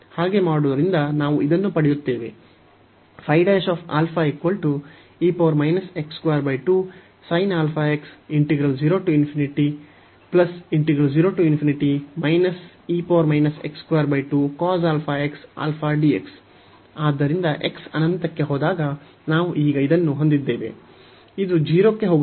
ಹಾಗೆ ಮಾಡುವುದರಿಂದ ನಾವು ಇದನ್ನು ಪಡೆಯುತ್ತೇವೆ ಆದ್ದರಿಂದ x ಅನಂತಕ್ಕೆ ಹೋದಾಗ ನಾವು ಈಗ ಇದನ್ನು ಹೊಂದಿದ್ದೇವೆ ಇದು 0 ಕ್ಕೆ ಹೋಗುತ್ತದೆ